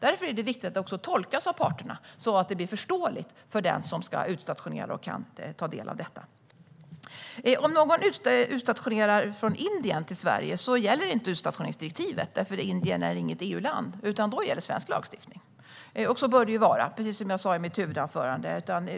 Därför är det viktigt att kollektivavtalet tolkas av parterna så att det blir förståeligt för den som ska utstationera och ta del av detta. Om någon utstationerar från Indien till Sverige gäller inte utstationeringsdirektivet eftersom Indien inte är ett EU-land, utan då gäller svensk lagstiftning, och så bör det vara, som jag sa i mitt huvudanförande.